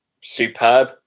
superb